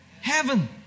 heaven